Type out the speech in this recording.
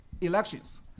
elections